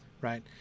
right